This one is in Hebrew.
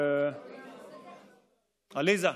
עליזה?